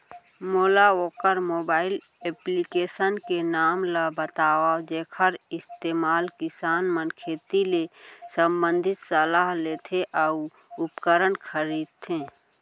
मोला वोकर mobile application के नाम ल बतावव जेखर इस्तेमाल किसान मन खेती ले संबंधित सलाह लेथे अऊ उपकरण खरीदथे?